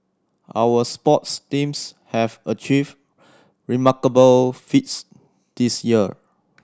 our sports teams have achieved remarkable feats this year